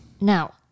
Now